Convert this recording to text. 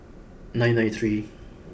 nine nine three